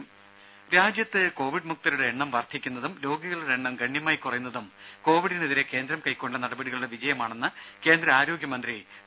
രുര രാജ്യത്ത് കോവിഡ് മുക്തരുടെ എണ്ണം വർദ്ധിക്കുന്നതും രോഗികളുടെ എണ്ണം ഗണ്യമായി കുറയുന്നതും കോവിഡിനെതിരെ കേന്ദ്രം കൈക്കൊണ്ട നടപടികളുടെ വിജയമാണെന്ന് കേന്ദ്രആരോഗ്യ മന്ത്രി ഡോ